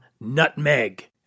nutmeg